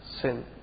sin